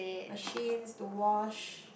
machines to wash